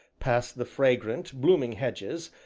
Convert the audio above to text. past the fragrant, blooming hedges,